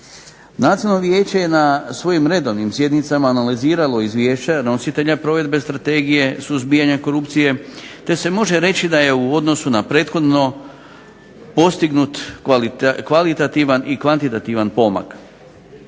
Nacionalno vijeće je na svojim redovnim sjednicama analiziralo izvješća nositelja provedbe Strategije suzbijanja korupcije te se može reći da je u odnosu na prethodno postignut kvalitativan i kvantitativan pomak.